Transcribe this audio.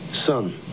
Son